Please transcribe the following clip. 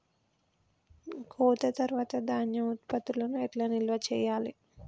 కోత తర్వాత ధాన్యం ఉత్పత్తులను ఎట్లా నిల్వ చేయాలి?